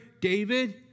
David